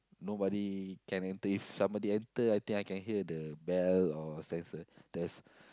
nobody can enter if somebody enter I think I can hear the bell or sensor there's